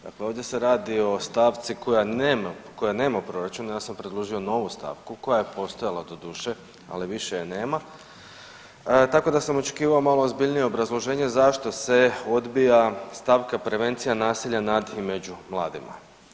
Dakle, ovdje se radi o stavci koje nema u proračunu, ja sam predložio novu stavku koja je postojala doduše, ali više je nema tako da sam očekivao malo ozbiljnije obrazloženje zašto se odbija stavka prevencija nasilja nad i među mladima.